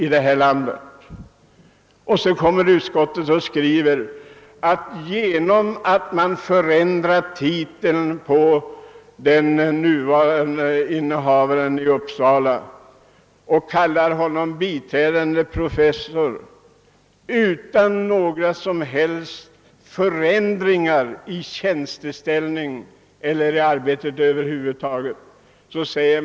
Utskottet skriver nu: »Det i motionen II: 145 framförda yrkandet om ett beslut av riksdagen att lärarbefattningen i medicin, särskilt lungmedicin, vid Uppsala universitet från den 1 juli 1970 skall ändras till en professur i samma ämne med docenten Gunnar Dahlström som förste innehavare anknyter till en motion i samma ämne vid 1969 års riksdag.